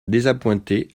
désappointé